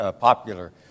popular